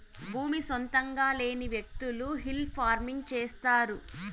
భూమి సొంతంగా లేని వ్యకులు హిల్ ఫార్మింగ్ చేస్తారు